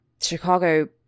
chicago